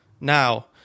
now